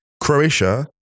Croatia